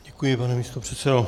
Děkuji, pane místopředsedo.